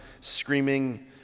screaming